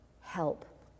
Help